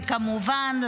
וכמובן,